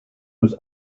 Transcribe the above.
was